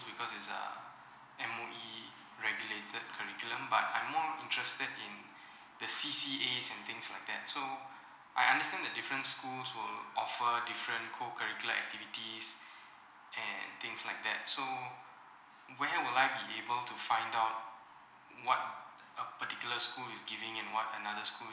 because it's a M_O_E regulated curriculum but I'm more interested in the the C_C_As and things like that so I understand that different schools will offer different co curricular activities and things like that so where would I be able to find out what a particular school is giving and what another school